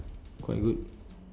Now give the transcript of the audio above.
quite good